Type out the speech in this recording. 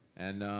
and